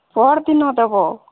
ପହରଦିନ ଦେବ